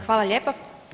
Hvala lijepa.